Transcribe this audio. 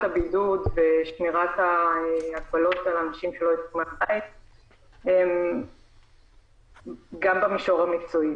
הבידוד ושמירת ההגבלות על אנשים שלא ייצאו מהבית גם במישור המקצועי.